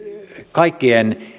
kaikkien